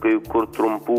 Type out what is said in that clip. kai kur trumpų